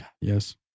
Yes